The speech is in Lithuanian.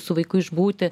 su vaiku išbūti